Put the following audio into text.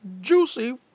juicy